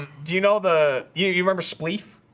and do you know the you you remember spleef?